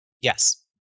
Yes